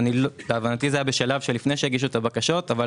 להבנתי זה היה בשלב שלפני שהגישו את הבקשות אבל